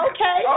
Okay